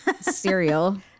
cereal